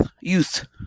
Youth